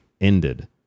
ended